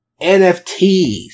NFTs